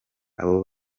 abo